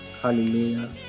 Hallelujah